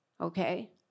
okay